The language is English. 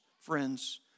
friends